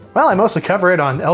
well, i mostly cover it on